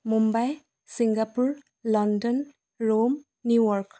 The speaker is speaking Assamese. Mumbai Singapore London Rome New York